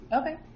Okay